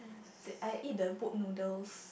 they I eat the boat noodles